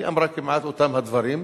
היא אמרה כמעט את אותם הדברים,